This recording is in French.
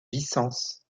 vicence